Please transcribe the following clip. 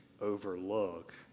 overlook